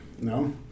No